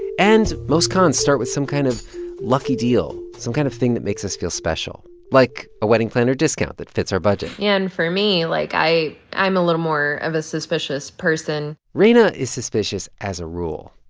and most cons start with some kind of lucky deal, some kind of thing that makes us feel special, like a wedding planner discount that fits our budget and for me, like, i'm a little more of a suspicious person rina is suspicious as a rule.